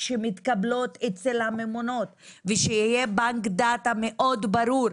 שמתקבלות אצל הממונות ושיהיה בנק מידע מאוד ברור,